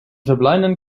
verbleibenden